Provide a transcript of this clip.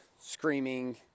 screaming